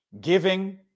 giving